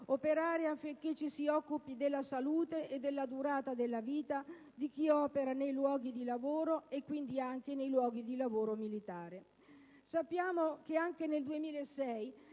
operare affinché ci si occupi della salute e della durata della vita di chi opera nei luoghi di lavoro e, quindi, anche nei luoghi di lavoro militare. Sappiamo che anche nel 2006